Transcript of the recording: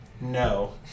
no